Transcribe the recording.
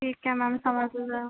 ठीक आहे मॅम समजलं